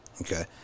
Okay